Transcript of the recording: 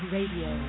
Radio